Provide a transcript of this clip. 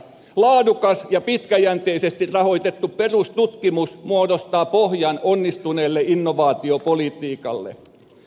laadukas ja pitkäjänteisesti rahoitettu perustutkimus muodostaa pohjan onnistuneelle innovaatiopolitiikalle